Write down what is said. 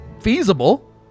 feasible